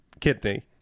kidney